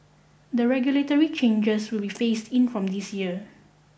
the regulatory changes will be phased in from this year